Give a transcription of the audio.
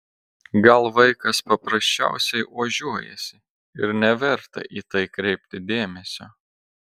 gal vaikas paprasčiausiai ožiuojasi ir neverta į tai kreipti dėmesio